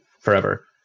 forever